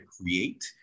create